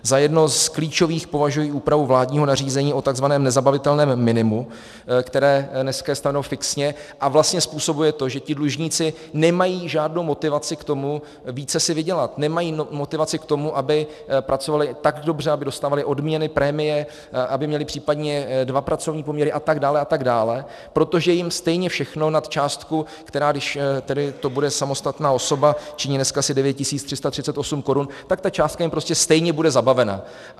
Za jedno z klíčových považuji úpravu vládního nařízení o takzvaném nezabavitelném minimu, které je dneska stanoveno fixně a vlastně způsobuje to, že ti dlužníci nemají žádnou motivaci k tomu více si vydělat, nemají motivaci k tomu, aby pracovali tak dobře, aby dostávali odměny, prémie, aby měli případně dva pracovní poměry a tak dále, a tak dále, protože jim stejně všechno nad částku, která, když to tedy bude samostatná osoba, činí dneska asi 9 338 korun, tak ta částka jim prostě stejně bude zabavena.